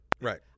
Right